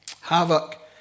Havoc